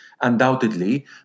undoubtedly